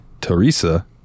Teresa